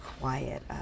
quiet